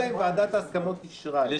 אלא אם